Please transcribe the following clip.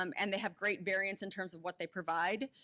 um and they have great variance in terms of what they provide.